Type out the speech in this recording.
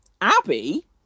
Abby